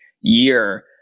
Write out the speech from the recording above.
year